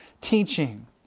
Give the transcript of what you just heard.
teaching